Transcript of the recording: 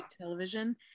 television